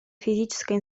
физической